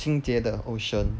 清洁 the ocean